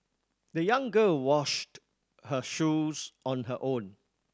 the young girl washed her shoes on her own